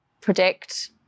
predict